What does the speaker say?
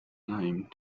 name